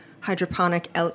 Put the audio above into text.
hydroponic